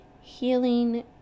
Healing